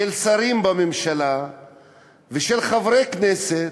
של שרים בממשלה ושל חברי כנסת,